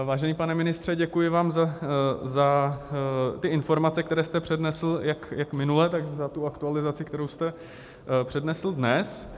Vážený pane ministře, děkuji vám za informace, které jste přednesl jak minule, tak za tu aktualizaci, kterou jste přednesl dnes.